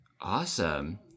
Awesome